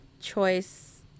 choice